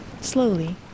slowly